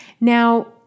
Now